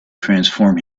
transform